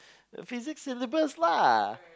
physics syllabus lah